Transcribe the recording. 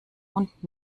und